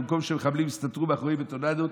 במקום שמחבלים יסתתרו מאחורי בטונדות,